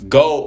go